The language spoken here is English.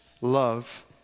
love